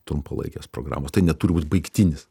trumpalaikės programos tai neturi būti baigtinis